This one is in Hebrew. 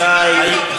קואליציה, בוא נשמע אותך.